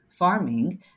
Farming